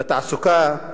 בתעסוקה,